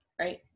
Right